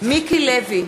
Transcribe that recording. מיקי לוי,